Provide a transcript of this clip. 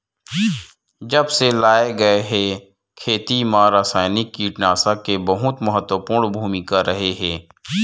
जब से लाए गए हे, खेती मा रासायनिक कीटनाशक के बहुत महत्वपूर्ण भूमिका रहे हे